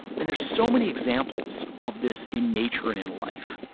and there's so many examples of this in nature and in life.